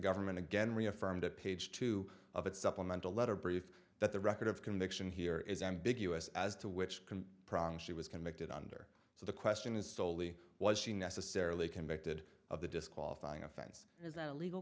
government again reaffirmed a page two of its supplemental letter brief that the record of conviction here is ambiguous as to which can pronk she was convicted under so the question is soley was she necessarily convicted of the disqualifying offense